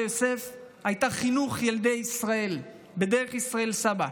יוסף הייתה חינוך ילדי ישראל בדרך ישראל סבא,